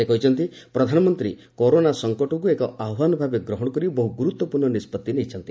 ସେ କହିଛନ୍ତି ପ୍ରଧାନମନ୍ତ୍ରୀ କରୋନା ସଂକଟକୁ ଏକ ଆହ୍ୱାନ ଭାବେ ଗ୍ରହଣ କରି ବହୁ ଗୁରୁତ୍ୱପୂର୍ଣ୍ଣ ନିଷ୍କଭି ନେଇଛନ୍ତି